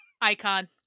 Icon